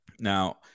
Now